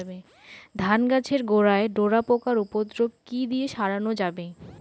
ধান গাছের গোড়ায় ডোরা পোকার উপদ্রব কি দিয়ে সারানো যাবে?